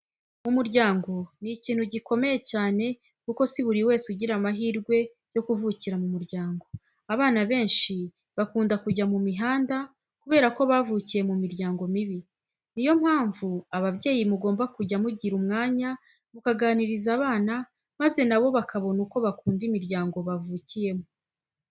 Umuryango ni ikintu gikomeye cyane kuko si buri wese ugira amahirwe yo kuvukira mu muryango. Abana benshi bakunda kujya mu mihanda kubera ko bavukiye mu miryango mibi, niyo mpamvu ababyeyi mugomba kujya mugira umwanya mukaganiriza abana maze na bo bakabona uko bakunda imiryango bavuriyemo.